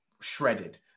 shredded